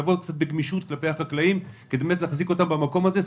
צריך לגשת בגמישות כלפי החקלאים כדי להחזיק אותם במקום הזה.